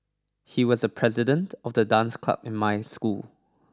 he was the president of the dance club in my school